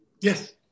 Yes